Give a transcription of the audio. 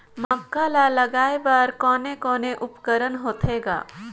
मक्का ला लगाय बर कोने कोने उपकरण होथे ग?